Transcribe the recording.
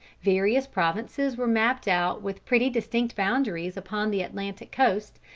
various provinces were mapped out with pretty distinct boundaries upon the atlantic coast,